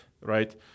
right